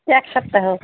এক সপ্তাহ